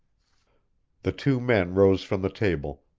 the two men rose from the table,